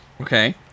Okay